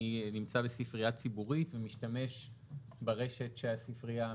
נמצא בספרייה ציבורית ומשתמש ברשת שהספרייה מספקת.